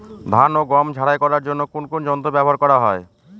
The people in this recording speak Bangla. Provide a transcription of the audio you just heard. ধান ও গম ঝারাই করার জন্য কোন কোন যন্ত্র ব্যাবহার করা হয়?